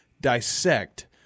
dissect